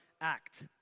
act